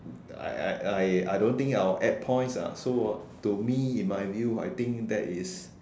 I I I I don't think I will add points ah so to me in my view I don't think that is